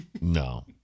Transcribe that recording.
No